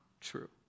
true